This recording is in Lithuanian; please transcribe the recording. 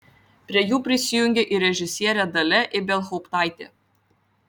prie jų prisijungė ir režisierė dalia ibelhauptaitė